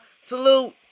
Salute